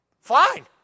Fine